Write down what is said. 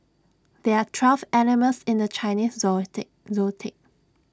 there are twelve animals in the Chinese Zodiac zodiac